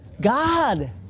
God